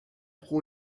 pro